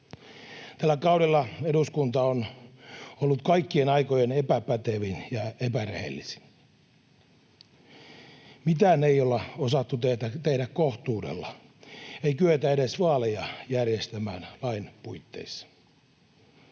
Tällä kaudella eduskunta on ollut kaikkien aikojen epäpätevin ja epärehellisin. Mitään ei olla osattu tehdä kohtuudella. Ei kyetä edes vaaleja järjestämään lain puitteissa.